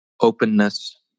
openness